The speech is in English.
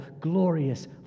glorious